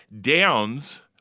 Downs